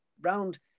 round